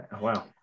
Wow